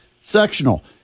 sectional